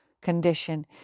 condition